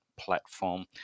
platform